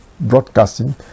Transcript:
broadcasting